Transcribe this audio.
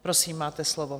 Prosím, máte slovo.